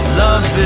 love